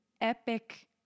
epic